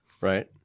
Right